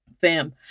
Fam